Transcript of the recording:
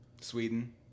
sweden